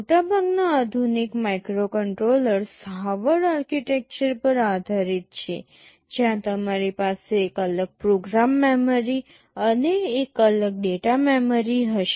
મોટાભાગના આધુનિક microcontrollers Harvard architecture પર આધારિત છે જ્યાં તમારી પાસે એક અલગ પ્રોગ્રામ મેમરી અને એક અલગ ડેટા મેમરી હશે